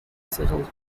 settled